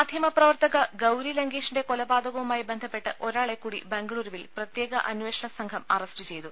മാധ്യമപ്രവർത്തക ഗൌരി ലങ്കേഷിന്റെ കൊലപാതക വുമായി ബന്ധപ്പെട്ട് ഒരാളെക്കൂടി ബംഗലൂരുവിൽ പ്രത്യേക അന്വേഷണ സംഘം അറസ്റ്റ് ചെയ്തു